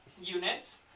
units